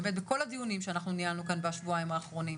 באמת בכל הדיונים שאנחנו ניהלנו כאן בשבועיים האחרונים.